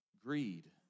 greed